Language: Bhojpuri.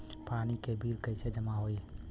पानी के बिल कैसे जमा होयी?